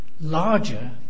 larger